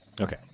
Okay